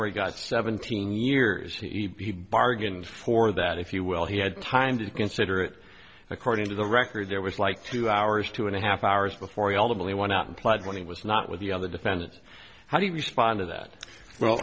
where he got seventeen years he bargained for that if you will he had time to consider it according to the record there was like two hours two and a half hours before we ultimately went out and played when he was not with the other defendants how do you respond to that well